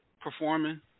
performing